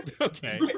Okay